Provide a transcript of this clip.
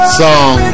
song